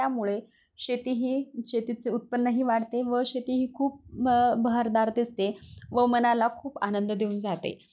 त्यामुळे शेती ह शेतीचं उत्पन्नही वाढते व शेती ही खूप बहारदार दिसते व मनाला खूप आनंद देऊन जाते